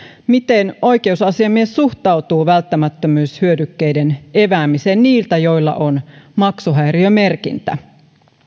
miten oikeusasiamies suhtautuu välttämättömyyshyödykkeiden eväämiseen heiltä joilla on maksuhäiriömerkintä